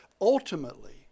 ultimately